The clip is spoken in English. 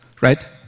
right